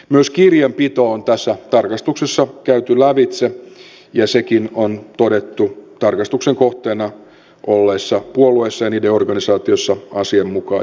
myös kirjanpito on tässä tarkastuksessa käyty lävitse ja sekin on todettu tarkastuksen kohteena olleissa puolueissa ja niiden organisaatioissa asianmukaiseksi